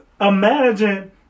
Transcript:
Imagine